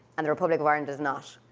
and the republic of ireland is not.